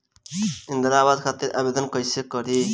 इंद्रा आवास खातिर आवेदन कइसे करि?